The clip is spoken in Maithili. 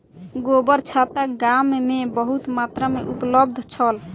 गोबरछत्ता गाम में बहुत मात्रा में उपलब्ध छल